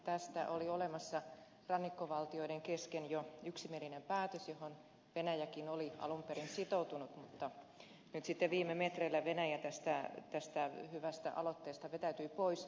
tästä oli olemassa rannikkovaltioiden kesken jo yksimielinen päätös johon venäjäkin oli alun perin sitoutunut mutta nyt sitten viime metreillä venäjä tästä hyvästä aloitteesta vetäytyi pois